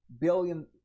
billion